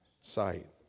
sight